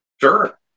Sure